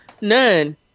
None